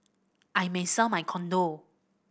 I may sell my condo